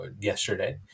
yesterday